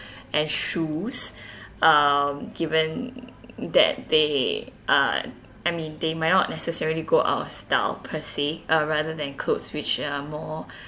and shoes um given that they uh I mean they might not necessarily go out of style per se uh rather than clothes which are more